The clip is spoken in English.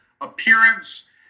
appearance